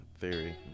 theory